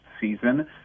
season